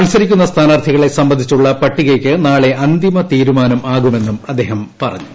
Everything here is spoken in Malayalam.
മത്സരിക്കുന്ന സ്ഥാനാർത്ഥികളെ സംബന്ധിച്ചുള്ള പട്ടികയ്ക്ക് നാളെ അന്തിമ തീരുമാനമാകുമെന്നും അദ്ദേഹം പറഞ്ഞു